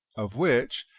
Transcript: of which,